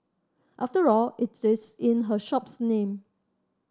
after all it is in her shop's name